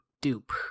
Dupe